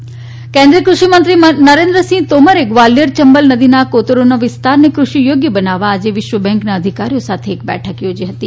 તોમર કેન્દ્રીય કૃષિમંત્રી નરેન્દ્રસીંહ તોમરે ગ્વાલીયર ચંબલ નદીના કોતરોના વિસ્તારને કૃષિ થોગ્ય બનાવવા આજે વિશ્વ બેંકના અધિકારીઓ સાથે એક બેઠક થોજી હતી